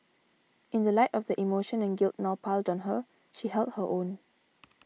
in the light of the emotion and guilt now piled on her she held her own